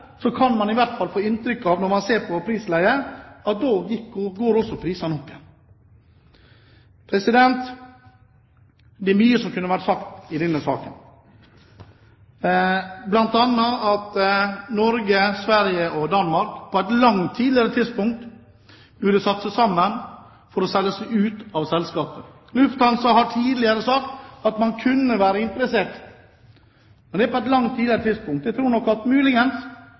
at da gikk prisene opp igjen. Det er mye som kunne ha vært sagt i denne saken, bl.a. at Norge, Sverige og Danmark på et langt tidligere tidspunkt burde ha satt seg sammen for å selge seg ut av selskapet. Lufthansa har tidligere sagt at man kunne være interessert, men det var på et langt tidligere tidspunkt. Jeg tror